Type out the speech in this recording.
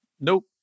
nope